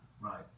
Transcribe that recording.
Right